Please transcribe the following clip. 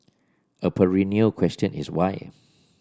a perennial question is why